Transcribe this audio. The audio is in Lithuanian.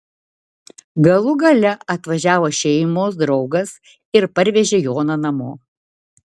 galų gale atvažiavo šeimos draugas ir parvežė joną namo